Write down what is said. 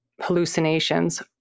hallucinations